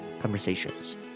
conversations